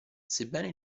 sebbene